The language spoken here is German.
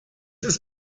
ist